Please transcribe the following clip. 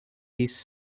his